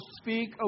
speak